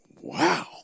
wow